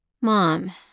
Mom